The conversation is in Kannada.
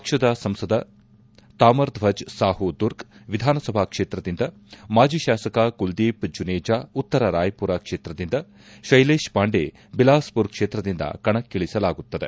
ಪಕ್ಷದ ಸಂಸದ ತಾಮರ್ಧ್ವಜ್ ಸಾಹು ದುರ್ಗ್ ವಿಧಾನಸಭಾ ಕ್ಷೇತ್ರದಿಂದ ಮಾಜಿ ತಾಸಕ ಕುಲದೀಪ್ ಜುನೇಜಾ ಉತ್ತರ ರಾಯಪುರ ಕ್ಷೇತ್ರದಿಂದ ಕೈಲೇಶ್ ಪಾಂಡೆ ಬಿಲಾಸ್ಮರ್ ಕ್ಷೇತ್ರದಿಂದ ಕಣ್ಣಳಿಸಲಾಗುತ್ತದೆ